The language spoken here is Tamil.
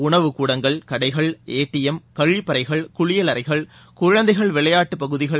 உணவு கூடங்கள் கடைகள் ஏடிஎம் கழிப்பறைகள் குளியல் அறைகள் குழந்தைகள் விளையாட்டுப் பகுதிகள்